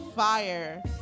fire